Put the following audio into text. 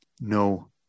no